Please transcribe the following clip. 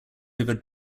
over